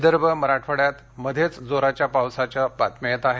विदर्भ मराठवाड्यात मध्येच जोराच्या पावसाच्या बातम्या येत आहेत